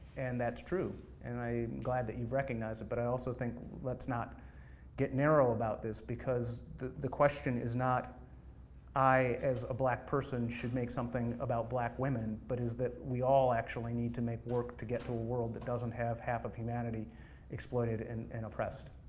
and that's true, and i'm glad that you've recognized it, but i also think let's not get narrow about this, because the the question is not i as a black person should make something about black women, but is that we all actually need to make work to get to a world that doesn't have half of humanity exploited and and oppressed.